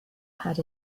had